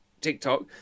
TikTok